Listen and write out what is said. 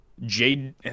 jade